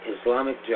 Islamic